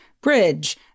bridge